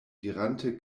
dirante